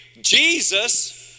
Jesus